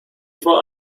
for